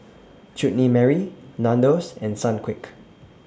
Chutney Mary Nandos and Sunquick